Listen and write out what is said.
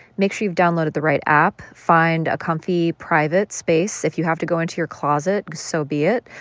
make sure you've downloaded the right app. find a comfy, private space. if you have to go into your closet, so be it.